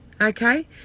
okay